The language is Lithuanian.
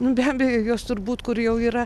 be abejo jos turbūt kur jau yra